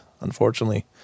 unfortunately